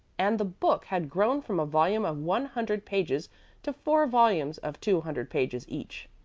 and the book had grown from a volume of one hundred pages to four volumes of two hundred pages each.